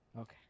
Okay